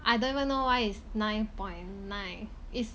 I don't even know why is nine point nine is